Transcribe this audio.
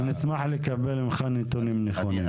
אז נשמח לקבל ממך נתונים נכונים.